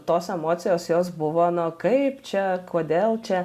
tos emocijos jos buvo nu kaip čia kodėl čia